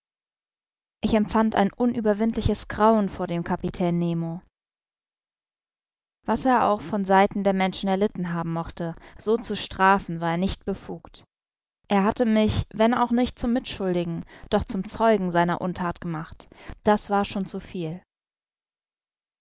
ich empfand ein unüberwindliches grauen vor dem kapitän nemo was er auch von seiten der menschen erlitten haben mochte so zu strafen war er nicht befugt er hatte mich wenn auch nicht zum mitschuldigen doch zum zeugen seiner unthat gemacht das war schon zu viel